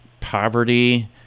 poverty